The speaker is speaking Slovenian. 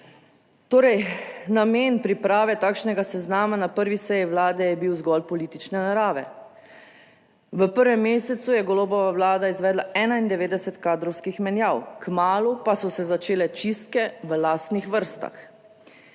Torej, namen priprave takšnega seznama na prvi seji Vlade je bil zgolj politične narave. V prvem mesecu je Golobova vlada izvedla 91 kadrovskih menjav, kmalu pa so se začele čistke v lastnih vrstah.